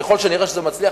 ככל שנראה שזה מצליח,